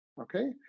okay